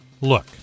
Look